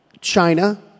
China